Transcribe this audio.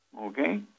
Okay